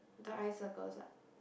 dark eye circles what